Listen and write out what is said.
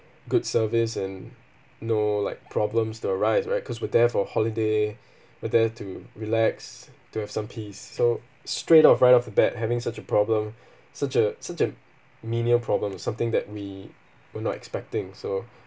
good service and no like problems to arise right cause we're there for holiday we're there to relax to have some peace so straight off right off the bat having such a problem such a such a menial problem is something that we were not expecting so